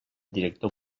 director